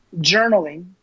journaling